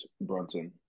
Brunton